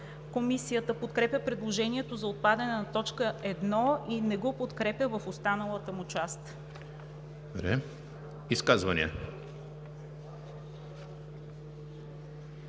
Комисията подкрепя предложението за отпадане на т. 1 и не го подкрепя в останалата му част. Комисията